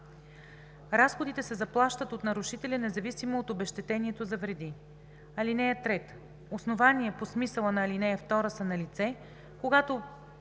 Разходите се заплащат от нарушителя независимо от обезщетението за вреди. (3) Основания по смисъла на ал. 2 са налице, когато